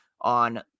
on